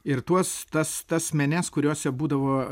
ir tuos tas tas menes kuriose būdavo